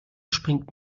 springt